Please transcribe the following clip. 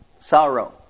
Sorrow